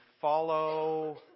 follow